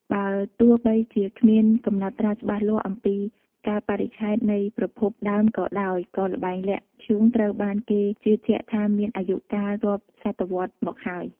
បើទោះបីជាគ្មានកំណត់ត្រាច្បាស់លាស់អំពីកាលបរិច្ឆេទនៃប្រភពដើមក៏ដោយ ក៏ល្បែងលាក់ធ្យូងត្រូវបានគេជឿជាក់ថាមានអាយុកាលរាប់សតវត្សរ៍មកហើយ។